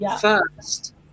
first